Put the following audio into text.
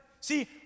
See